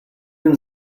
been